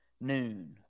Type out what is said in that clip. noon